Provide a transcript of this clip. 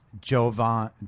Jovan